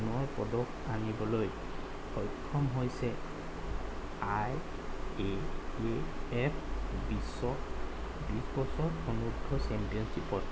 সোণৰ পদক আনিবলৈ সক্ষম হৈছে আই এ এ এফ বিশ্বত বিছ বছৰ অনুৰ্দ্ধৰ চেম্পিয়নশ্বীপত